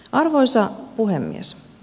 arvoisa puhemies